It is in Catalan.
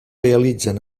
realitzen